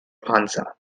panza